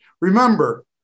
Remember